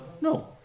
No